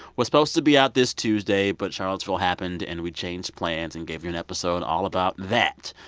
was supposed to be out this tuesday. but charlottesville happened, and we changed plans and gave you an episode all about that.